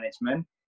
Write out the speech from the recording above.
management